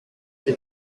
they